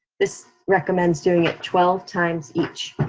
this recommends doing it twelve times each.